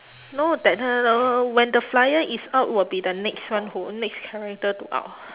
no that uh when the flyer is out will be the next one who next character to out